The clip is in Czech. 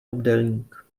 obdélník